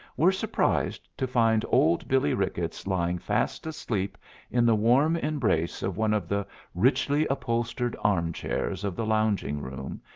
were surprised to find old billie ricketts lying fast asleep in the warm embrace of one of the richly upholstered armchairs of the lounging room,